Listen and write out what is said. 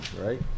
right